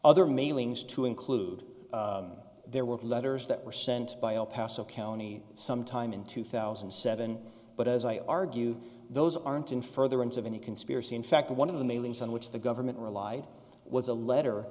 other mailings to include there were letters that were sent by a paso county sometime in two thousand and seven but as i argue those aren't in furtherance of any conspiracy in fact one of the mailings on which the government relied was a letter